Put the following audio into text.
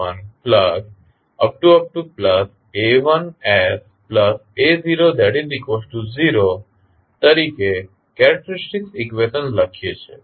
a1sa00તરીકે characteristic equation લખીએ છીએ